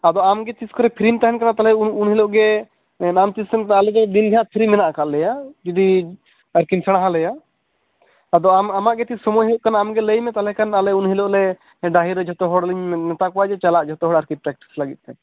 ᱟᱫᱚ ᱟᱢ ᱜᱮ ᱛᱤᱥ ᱠᱚᱨᱮ ᱯᱷᱤᱨᱤᱢ ᱛᱟᱦᱮᱱ ᱠᱟᱱᱟ ᱛᱟᱦᱚᱞᱮ ᱩᱱ ᱦᱤᱞᱟᱹ ᱜᱮ ᱟᱢ ᱛᱤᱥ ᱮᱢ ᱟᱞᱮ ᱯᱷᱤᱨᱤ ᱯᱷᱤᱨᱤ ᱜᱮ ᱢᱮᱱᱟ ᱟᱠᱟ ᱞᱮᱭᱟ ᱡᱩᱫᱤ ᱟᱨᱠᱤᱢ ᱥᱮᱬᱟ ᱦᱟᱞᱮᱭᱟ ᱟᱫᱚ ᱟᱢ ᱟᱢᱟ ᱜᱮ ᱛᱤᱥ ᱥᱚᱢᱚᱭ ᱦᱩᱭᱩ ᱠᱟᱱᱟ ᱞᱟᱹᱭ ᱢᱮ ᱛᱟᱦᱚᱞᱮ ᱠᱷᱟᱱ ᱩᱱᱦᱤᱞᱟᱹᱜ ᱰᱟᱹᱦᱤᱨᱮ ᱡᱚᱛᱚ ᱠᱚ ᱢᱮᱛᱟ ᱠᱚᱣᱟᱧ ᱡᱮ ᱪᱟᱞᱟ ᱡᱚᱛᱚ ᱦᱚᱲ ᱟᱨᱠᱤ ᱯᱨᱮᱠᱴᱤᱥ ᱞᱟᱹᱜᱤᱫ ᱛᱮ